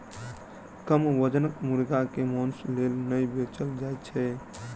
कम वजनक मुर्गी के मौंसक लेल नै बेचल जाइत छै